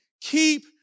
Keep